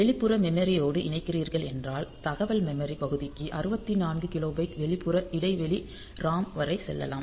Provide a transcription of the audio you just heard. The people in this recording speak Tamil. வெளிப்புற மெமரியோடு இணைக்கிறீர்கள் என்றால் தகவல் மெமரி பகுதிக்கு 64 கிலோபைட் வெளிப்புற இடைவெளி ROM வரை செல்லலாம்